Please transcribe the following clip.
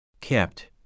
kept